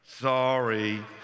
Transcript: Sorry